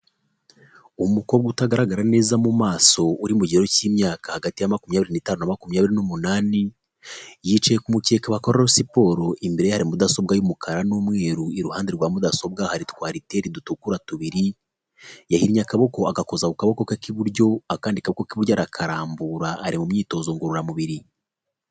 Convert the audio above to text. Umukobwa utagaragara neza mu maso uri mu kigero cy'imyaka hagati ya makumyabiri n'itanu na makumyabiri n'umunani, yicaye ku mukeka bakoreraho siporo imbere ya mudasobwa y'umukara n'umweru, iruhande rwa mudasobwa hari twariteri dutukura tubiri, yahinnye akaboko agakoza ku kaboko ke k'iburyo akandi kaboko k'iburyo arakarambura ari mu myitozo ngororamubiri.